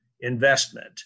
investment